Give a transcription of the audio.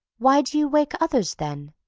why do you wake others then?